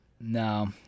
No